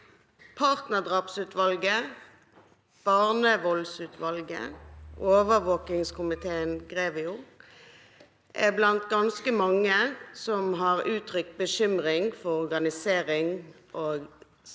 partnerdrapsutvalget, barnevoldutvalget og overvåkingskomiteen GREVIO er blant ganske mange som har uttrykt bekymring for organiseringen og samordningen